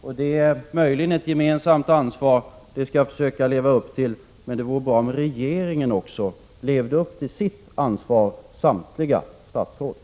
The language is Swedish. Och det är möjligen ett gemensamt ansvar, och det skall jag försöka leva upp till. Men det vore bra om regeringen också levde upp till sitt ansvar — samtliga statsråd.